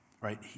right